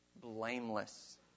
blameless